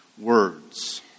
words